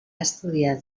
estudiar